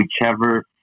whichever